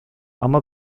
ama